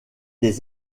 des